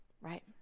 right